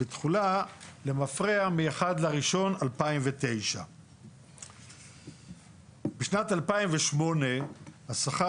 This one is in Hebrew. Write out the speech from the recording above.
בתכולה למפרע מ-1 לינואר 2009. בשנת 2008 השכר